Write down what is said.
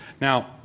Now